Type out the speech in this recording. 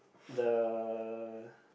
the